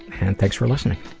and thanks for listening